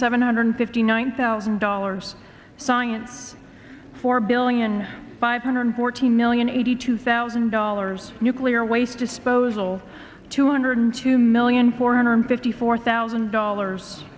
seven hundred fifty nine thousand dollars science four billion five hundred fourteen million eighty two thousand dollars nuclear waste disposal two hundred two million four hundred fifty four thousand dollars